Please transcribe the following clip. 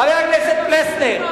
חבר הכנסת פלסנר,